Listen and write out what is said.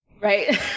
Right